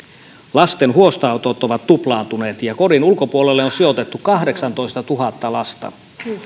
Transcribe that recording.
lasten huostaanotot ovat tuplaantuneet ja kodin ulkopuolelle on sijoitettu kahdeksantoistatuhatta lasta